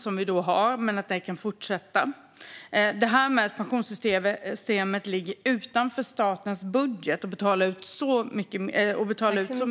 Jag ser fram emot de fortsatta samtal som vi kommer att ha med samtliga partier i Sveriges riksdag.